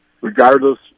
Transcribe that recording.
regardless